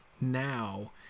Now